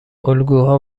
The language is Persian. الگوها